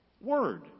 word